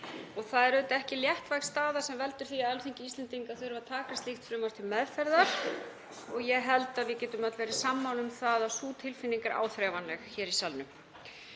og það er ekki léttvæg staða sem veldur því að Alþingi Íslendinga þurfi að taka slíkt frumvarp til meðferðar. Ég held að við getum öll verið sammála um að sú tilfinning er áþreifanleg hér í salnum.